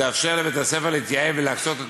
יאפשרו לבית-הספר להתייעל ולהקצות את